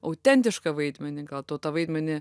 autentišką vaidmenį gal tu tą vaidmenį